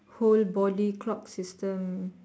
whole body clock system